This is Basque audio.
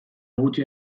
gutxi